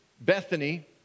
Bethany